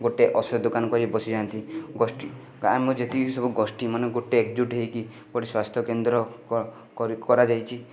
ଗୋଟେ ଔଷଧ ଦୋକାନ କରି ବସି ଯାଆନ୍ତି ଗୋଷ୍ଠୀ ଆମର ଯେତିକି ସବୁ ଗୋଷ୍ଠୀମାନେ ଏକଜୁଟ ହେଇକି ଗୋଟେ ସ୍ୱାସ୍ଥ୍ୟକେନ୍ଦ୍ର କରାଯାଇଛି